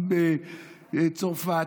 עם צרפת,